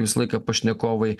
visą laiką pašnekovai